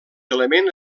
element